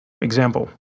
Example